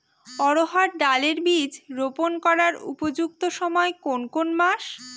অড়হড় ডাল এর বীজ রোপন করার উপযুক্ত সময় কোন কোন মাস?